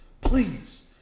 Please